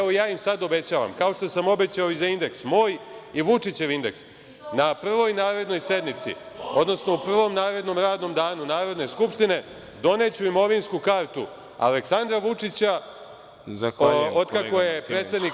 Ja im sada obećavam, kao što sam obećao i za indeks, moj i Vučićev indeks na prvoj narednoj sednici, odnosno na prvom narednom radnom danu Narodne skupštine doneću imovinsku kartu Aleksandra Vučića… (Balša Božović: Naučni rad Martinoviću.